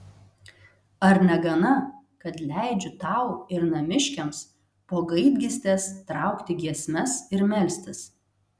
ar negana kad leidžiu tau ir namiškiams po gaidgystės traukti giesmes ir melstis